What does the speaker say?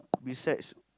besides